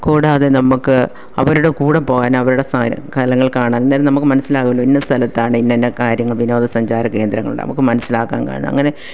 കൂടാതെ നമുക്ക് അവരുടെ കൂടെ പോകാനും അവരുടെ സ്ഥലങ്ങൾ കാണാൻ എന്തായാലും നമുക്ക് മനസ്സിലാകുമല്ലോ ഇന്ന സ്ഥലത്താണ് ഇന്ന ഇന്ന കാര്യങ്ങൾ വിനോദസഞ്ചാര കേന്ദ്രങ്ങൾ നമുക്ക് മനസ്സിലാക്കാൻ കാണും അങ്ങനെ